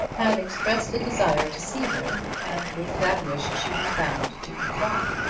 had expressed a desire to see her, and with that wish she was bound to comply.